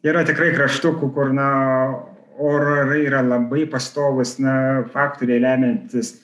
yra tikrai kraštų ku kur na orai yra labai pastovūs na faktoriai lemiantys